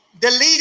deleted